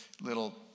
little